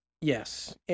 Yes